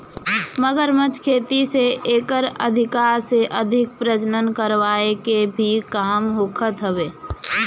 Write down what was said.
मगरमच्छ के खेती से एकर अधिका से अधिक प्रजनन करवाए के भी काम होखत हवे